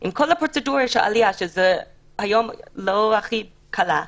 עם כל הפרוצדורה של העלייה שהיום היא לא הכי קלה.